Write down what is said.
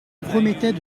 promettait